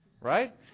right